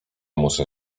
muszę